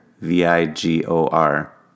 V-I-G-O-R